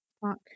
park